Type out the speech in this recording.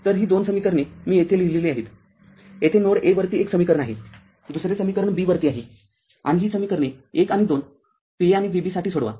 तरही २ समीकरणे मी येथे लिहिलेली आहेत येथे नोड a वरती एक समीकरण आहे दुसरे समीकरण b वरती आहे आणि ही समीकरणे १ आणि २ Va आणि Vb साठी सोडवा